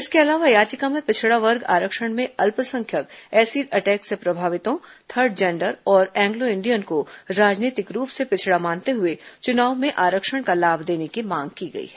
इसके अलावा याचिका में पिछड़ा वर्ग आरक्षण में अल्पसंख्यक एसिड अटैक से प्रभावितों थर्ड जेंडर और एंग्लो इंडियन को राजनीतिक रूप से पिछड़ा मानते हुए चुनाव में आरक्षण का लाभ देने की मांग की गई है